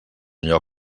allò